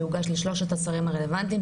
זה הוגש לשלושת השרים הרלוונטיים,